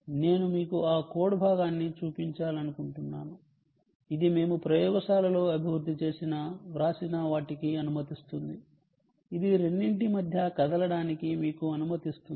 నేను మీకు ఆ కోడ్ భాగాన్ని చూపించాలనుకుంటున్నాను ఇది మేము ప్రయోగశాలలో అభివృద్ధి చేసిన వ్రాసిన వాటికి అనుమతిస్తుంది ఇది రెండింటి మధ్య కదలడానికి మీకు అనుమతిస్తుంది